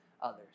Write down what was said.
others